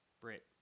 Brit